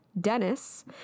Dennis